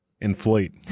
inflate